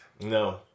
No